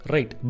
Right